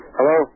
Hello